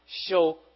show